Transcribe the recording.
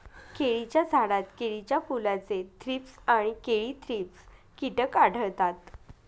केळीच्या झाडात केळीच्या फुलाचे थ्रीप्स आणि केळी थ्रिप्स कीटक आढळतात